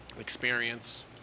experience